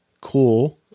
cool